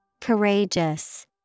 Courageous